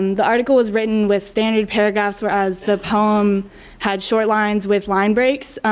um the article was written with standard paragraphs whereas the poem had short lines with line breaks